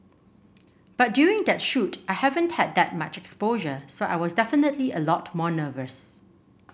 but during that shoot I haven't had that much exposure so I was definitely a lot more nervous